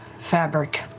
fabric